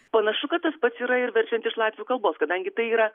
ponas šukatas pats yra ir verčiant iš latvių kalbos kadangi tai yra